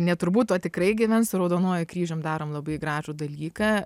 ne turbūt o tikrai gyvens su raudonuoju kryžium darom labai gražų dalyką